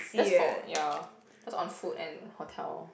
just for ya just on food and hotel